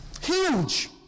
Huge